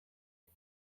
you